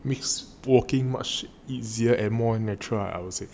makes walking much easier and more natural I would say